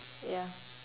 ya